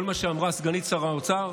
כל מה שאמרה סגנית שר האוצר,